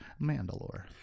Mandalore